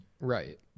Right